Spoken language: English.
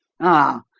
ah,